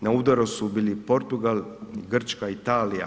Na udaru su bili Portugal, Grčka i Italija.